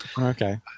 okay